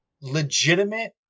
legitimate